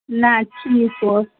نہَ ٹھیٖک اوس